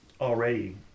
already